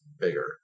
bigger